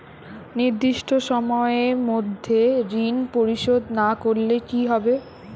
নির্দিষ্ট সময়ে মধ্যে ঋণ পরিশোধ না করলে কি হবে?